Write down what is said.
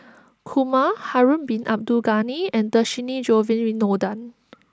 Kumar Harun Bin Abdul Ghani and Dhershini Govin Winodan